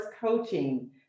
coaching